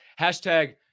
hashtag